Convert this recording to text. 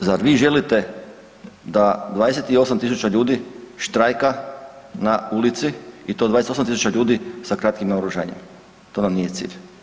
zar vi želite da 28.000 ljudi štrajka na ulici i to 28.000 ljudi sa kratkim naoružanjem, to nam nije cilj.